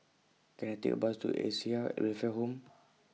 Can I Take A Bus to Acacia Welfare Home